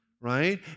right